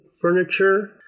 furniture